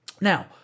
Now